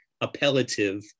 appellative